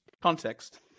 context